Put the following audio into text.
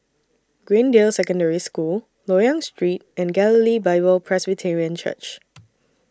Greendale Secondary School Loyang Street and Galilee Bible Presbyterian Church